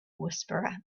whisperer